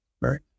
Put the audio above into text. right